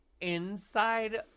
inside